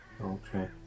Okay